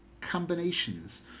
combinations